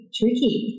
tricky